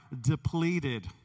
depleted